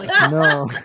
No